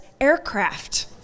aircraft